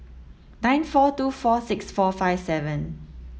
nine four two four six four five seven